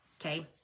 okay